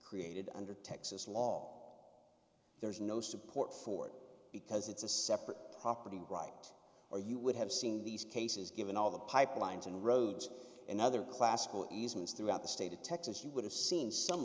created under texas law there's no support for it because it's a separate property right or you would have seen these cases given all the pipelines and roads and other classical easements throughout the state of texas you would have seen some